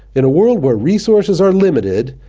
in a world where resources are limited,